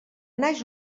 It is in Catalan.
naix